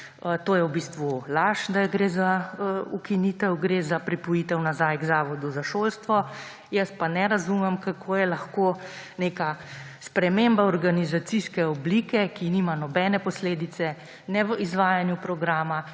V bistvu je laž, da gre za ukinitev. Gre za pripojitev nazaj k Zavodu za šolstvo, jaz pa ne razumem, kako je lahko neka sprememba organizacijske oblike, ki nima nobene posledice ne v izvajanju programa